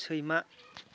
सैमा